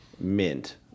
Mint